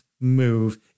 move